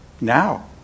now